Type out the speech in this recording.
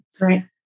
Right